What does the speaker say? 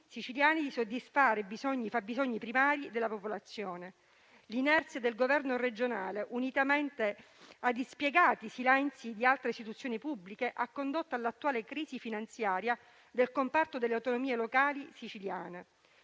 di soddisfare i fabbisogni primari della popolazione. L'inerzia del governo regionale, unitamente ai dispiegati silenzi di altre istituzioni pubbliche, ha condotto all'attuale crisi finanziaria del comparto delle autonomie locali siciliane.